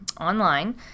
online